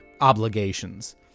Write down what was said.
obligations